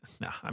No